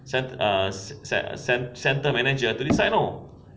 cen~ ah ce~ central manager to decide you know